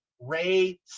Ray